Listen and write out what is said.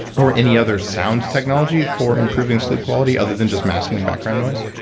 or any other sound technology for improving sleep quality, other than just masking background noise?